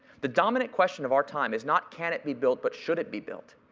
the dominant question of our time is not can it be built, but should it be built.